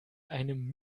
einem